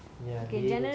ya labels